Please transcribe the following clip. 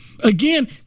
again